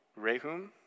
Rehum